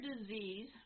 disease